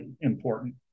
important